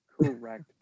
correct